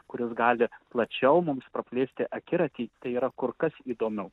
kuris gali plačiau mums praplėsti akiratį tai yra kur kas įdomiau